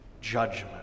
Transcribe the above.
judgment